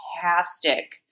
fantastic